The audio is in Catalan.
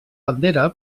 bandera